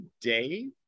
today